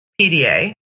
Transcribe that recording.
PDA